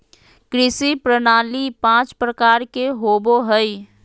कृषि प्रणाली पाँच प्रकार के होबो हइ